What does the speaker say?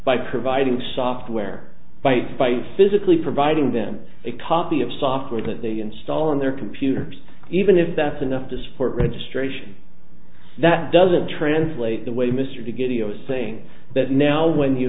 by providing software bytes byte physically providing them a copy of software that they install on their computers even if that's enough to support registration that doesn't translate the way mr diggity are saying that now when you